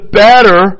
better